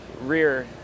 rear